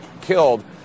killed